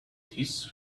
this